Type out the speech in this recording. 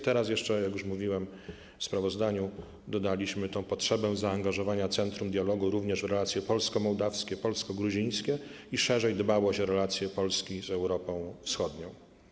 Teraz jeszcze, jak już mówiłem w sprawozdaniu, dodaliśmy potrzebę zaangażowania Centrum Dialogu również w relacje polsko-mołdawskie, polsko-gruzińskie, a szerzej chodzi o dbałość o relacje Polski z Europą Wschodnią.